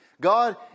God